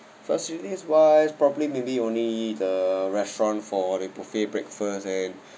facilities wise probably maybe only the restaurant for the buffet breakfast and